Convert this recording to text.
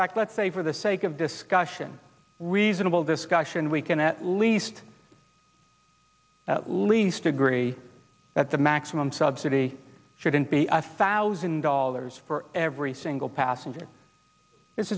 back let's say for the sake of discussion reasonable discussion we can at least at least agree that the maximum subsidy shouldn't be a thousand dollars for every single passenger